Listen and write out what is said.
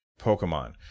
Pokemon